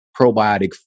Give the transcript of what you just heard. probiotic